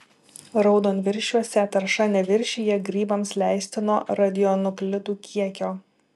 raudonviršiuose tarša neviršija grybams leistino radionuklidų kiekio